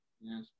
yes